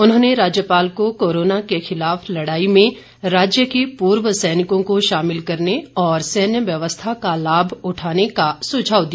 उन्होंने राज्यपाल को कोरोना के खिलाफ लड़ाई में राज्य के पूर्व सैनिकों को शामिल करने और सैन्य व्यवस्था का लाभ उठाने का सुझाव दिया